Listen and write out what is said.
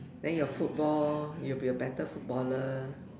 then your football you'll be a better footballer